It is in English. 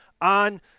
on